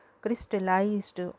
crystallized